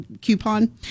coupon